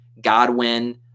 Godwin